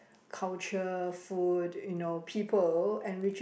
culture food you know people and we just